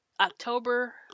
October